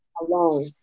alone